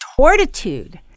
Tortitude